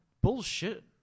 Bullshit